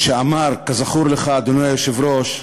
שאמר, כזכור לך, אדוני היושב-ראש: